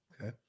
Okay